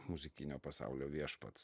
muzikinio pasaulio viešpats